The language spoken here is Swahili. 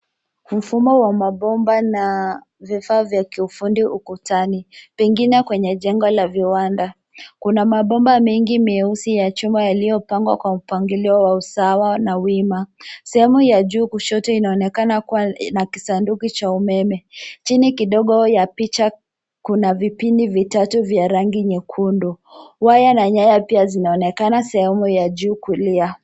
Mfumo wa mabomba na vifaa vya kiufundi ukutani, pengine kwenye jengo la viwanda. Kuna mabomba mengi meusi ya chuma yaliyopangwa kwa mpangilio wa usawa na wima. Sehemu ya juu kushoto inaonekana kuwa na kisanduku cha umeme. Chini kidogo ya picha kuna vipini vitatu vya rangi nyekundu. Waya na nyaya pia zinaonekana sehemu ya juu kulia.